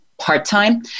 part-time